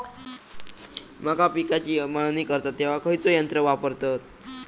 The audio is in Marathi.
मका पिकाची मळणी करतत तेव्हा खैयचो यंत्र वापरतत?